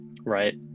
right